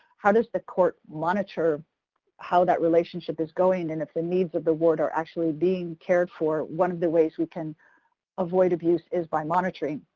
how does the court monitor how that relationship is going and if the needs of the ward are actually being cared for? one of the ways we can avoid abuse is by monitoring.